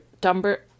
dumber